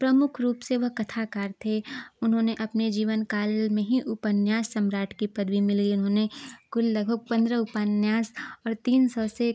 प्रमुख रूप से वह कथाकार थे उन्होंने अपने जीवन काल में ही उपन्यास सम्राट की पदवीं मिली इन्होंने कुल लगभग पन्द्रह उपन्यास और तीन सौ से